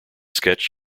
sketch